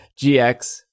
GX